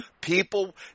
people